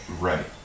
Right